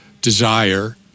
desire